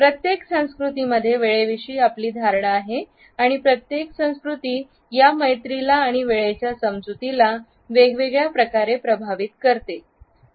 प्रत्येक संस्कृतीमध्ये वेळे विषयी आपली धारणा आहे आणि प्रत्येक संस्कृती या मैत्रीला आणि वेळेच्या समजुतीला वेगवेगळ्या प्रकारे प्रभावित करते